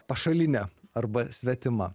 pašaline arba svetima